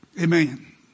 Amen